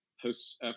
hosts